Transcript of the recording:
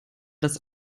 das